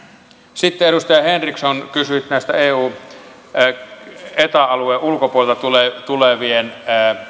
sitten edustaja henriksson kysyit tästä eu ja eta alueen ulkopuolelta tulevien